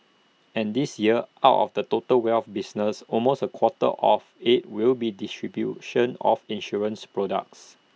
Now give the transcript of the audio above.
and this year out of the total wealth business almost A quarter of IT will be distribution of insurance products